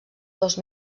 dos